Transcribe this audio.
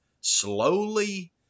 slowly